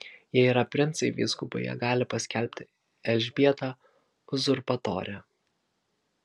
jie yra princai vyskupai jie gali paskelbti elžbietą uzurpatore